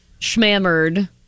schmammered